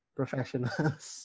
professionals